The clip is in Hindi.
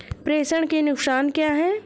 प्रेषण के नुकसान क्या हैं?